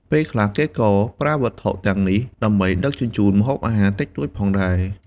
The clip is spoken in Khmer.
ពេលខ្លះគេក៏ប្រើវត្ថុទាំងនេះដើម្បីដឹកជញ្ជូនម្ហូបអាហារតិចតួចផងដែរ។